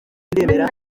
ndemera